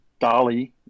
Dolly